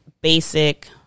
basic